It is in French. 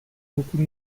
beaucoup